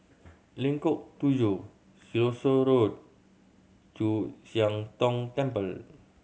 Lengkong Tujuh Siloso Road Chu Siang Tong Temple